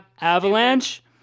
Avalanche